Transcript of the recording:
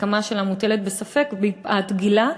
ההסכמה שלה מוטלת בספק מפאת גילה.